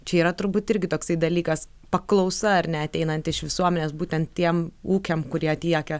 čia yra turbūt irgi toksai dalykas paklausa ar ne ateinanti iš visuomenės būtent tiem ūkiam kurie tiekia